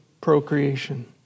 procreation